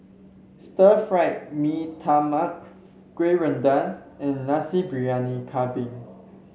Stir Fried Mee Tai Mak kueh and Nasi Briyani Kambing